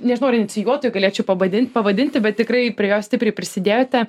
nežinau ar inicijuotu galėčiau pavadin pavadinti bet tikrai prie jo stipriai prisidėjote